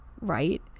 Right